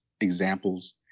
examples